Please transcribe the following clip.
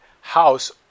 house